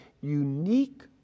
unique